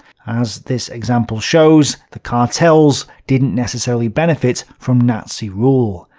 as this example shows, the cartels didn't necessarily benefit from nazi rule,